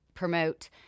promote